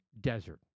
desert